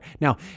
Now